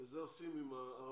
את זה עושים עם הערבים,